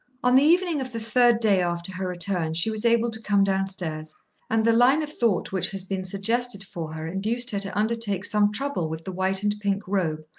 on the evening of the third day after her return she was able to come down-stairs and the line of thought which has been suggested for her induced her to undertake some trouble with the white and pink robe,